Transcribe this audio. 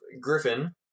Griffin